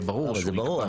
לא, אבל זה ברור.